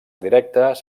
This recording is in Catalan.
directes